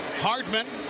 Hardman